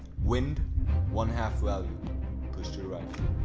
wind one half value push to the right.